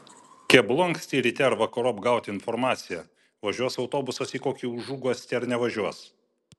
keblu anksti ryte ar vakarop gauti informaciją važiuos autobusas į kokį užuguostį ar nevažiuos